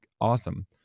awesome